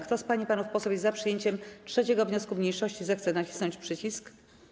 Kto z pań i panów posłów jest za przyjęciem 3. wniosku mniejszości, zechce nacisnąć przycisk.